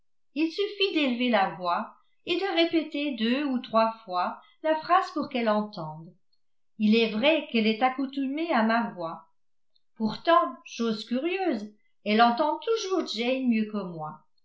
il suffit d'élever la voix et de répéter deux ou trois fois la phrase pour qu'elle entende il est vrai qu'elle est accoutumée à ma voix pourtant chose curieuse elle entend toujours jane mieux que moi